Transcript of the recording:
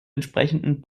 entsprechenden